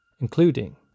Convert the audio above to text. including